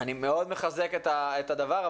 אני מאוד מחזק את הדבר.